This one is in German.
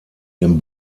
den